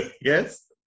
yes